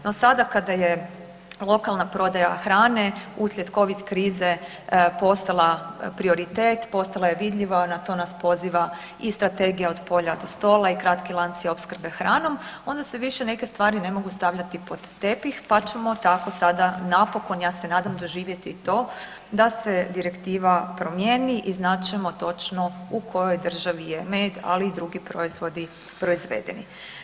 No sada kada je lokalna prodaja hrane uslijed covid krize postala prioritet, postala je vidljiva, na to nas poziva i Strategija „Od polja do stola“ i kratki lanci opskrbe hranom, onda se više neke stvari ne mogu stavljati pod tepih pa ćemo tako sada napokon ja se nadam doživjeti i to da se direktiva promijeni i znat ćemo točno u kojoj državi je med ali i drugi proizvodi proizvedeni.